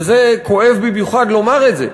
וזה כואב במיוחד לומר את זה,